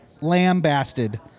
lambasted